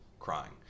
crying